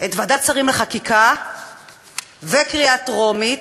את ועדת שרים לחקיקה וקריאה טרומית,